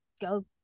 go